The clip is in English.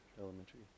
elementary